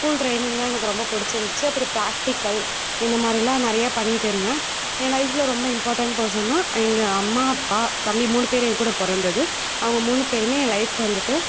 school ட்ரைனிங்லாம் எனக்கு ரொம்ப பிடிச்சி இருந்துச்சு அப்புறம் ப்ராக்டிக்கல் இந்தமாதிரிலாம் நிறையா பண்ணிகிட்டு இருந்தேன் என் லைஃப்ல ரொம்ப இம்பார்ட்டண்ட் பர்சன்னாக எங்கள் அம்மா அப்பா தம்பி மூணு பேர் என்கூட பிறந்தது அவங்க மூணு பேருமே என் லைஃப்ல வந்துட்டு